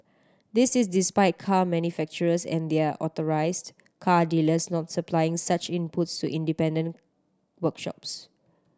this is despite car manufacturers and their authorised car dealers not supplying such inputs to independent workshops